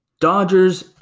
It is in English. Dodgers